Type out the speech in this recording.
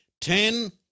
ten